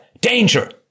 danger